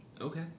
Okay